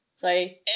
sorry